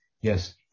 Yes